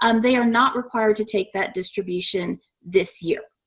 um they are not required to take that distribution this year.